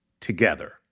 together